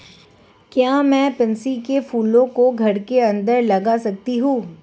क्या मैं पैंसी कै फूलों को घर के अंदर लगा सकती हूं?